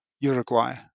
Uruguay